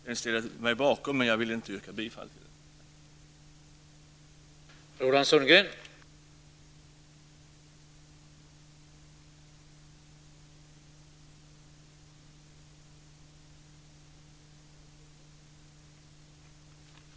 Den ställer jag mig bakom, men jag vill inte yrka bifall till den.